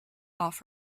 off